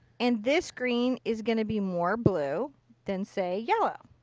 and this green is going to be more blue than say yellow.